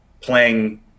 playing